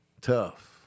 tough